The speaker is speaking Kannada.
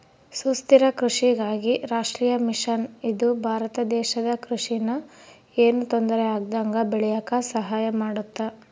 ಸುಸ್ಥಿರ ಕೃಷಿಗಾಗಿ ರಾಷ್ಟ್ರೀಯ ಮಿಷನ್ ಇದು ಭಾರತ ದೇಶದ ಕೃಷಿ ನ ಯೆನು ತೊಂದರೆ ಆಗ್ದಂಗ ಬೇಳಿಯಾಕ ಸಹಾಯ ಮಾಡುತ್ತ